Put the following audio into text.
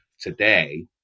today